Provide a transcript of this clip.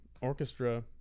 orchestra